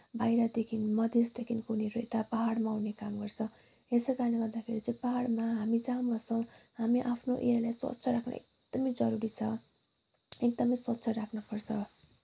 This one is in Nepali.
बाहिरदेखि मधेसदेखि उनीहरू यता पहाडमा आउने काम गर्छ यसै कारणले गर्दाखेरि चाहिँ पहाडमा हामी जहाँ बस्छौँ हामी आफ्नो एरियालाई स्वच्छ राख्न एकदमै जरूरी छ एकदमै स्वच्छ राख्नुपर्छ